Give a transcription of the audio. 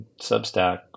Substack